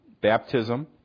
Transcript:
baptism